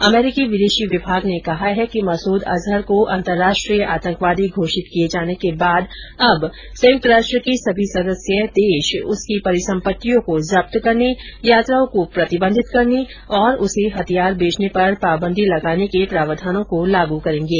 अमरीकी विदेश विभाग ने कहा कि मसूद अजहर को अंतर्राष्ट्रीय आतंकवादी घोषित किए जाने के बाद अब संयुक्त राष्ट्र के सभी सदस्य देश उसकी परिसंपत्तियों को जब्त करने यात्राओं को प्रतिबंधित करने और उसे हथियार बेचने पर पाबंदी लगाने के प्रावधानों को लागू करेंगे